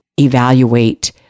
evaluate